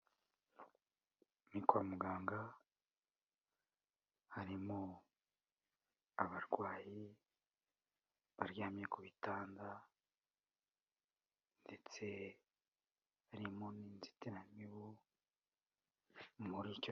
Ni kwa muganga harimo abarwayi baryamye ku bitanda, ndetse harimo n'inzitiramibu muri cyo.